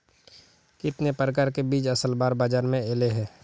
कितने प्रकार के बीज असल बार बाजार में ऐले है?